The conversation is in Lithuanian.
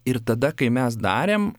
ir tada kai mes darėm